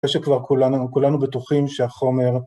שכבר כולנו בטוחים שהחומר...